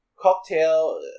cocktail